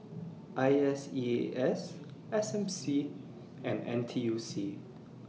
I S E A S S M C and N T U C